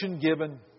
given